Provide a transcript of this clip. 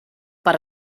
per